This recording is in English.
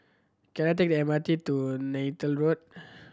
can I take M R T to Neythal Road